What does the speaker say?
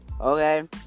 Okay